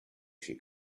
she